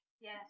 Yes